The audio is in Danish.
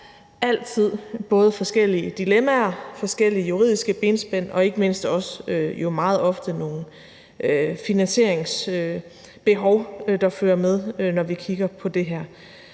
altid både forskellige dilemmaer, forskellige juridiske benspænd og jo ikke mindst også meget ofte nogle finansieringsbehov, der følger med, når vi kigger på det her.